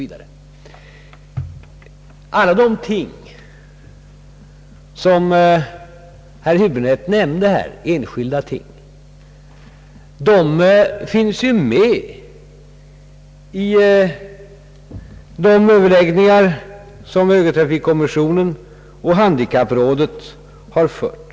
Alla de enskilda ting som herr Häbinette nämnde finns med i de överläggningar, som högertrafikkommissionen och handikapprådet har fört.